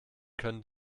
können